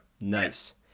nice